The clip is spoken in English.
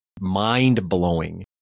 mind-blowing